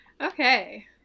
okay